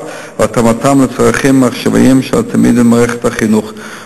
והתאמתם לצרכים העכשוויים של התלמידים ומערכת החינוך.